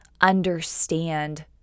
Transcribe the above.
understand